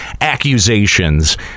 accusations